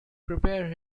prepare